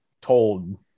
told